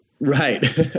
Right